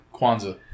Kwanzaa